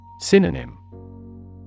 Synonym